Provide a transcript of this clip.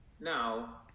Now